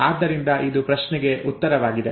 ಆದ್ದರಿಂದ ಇದು ಪ್ರಶ್ನೆಗೆ ಉತ್ತರವಾಗಿದೆ